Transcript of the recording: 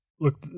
Look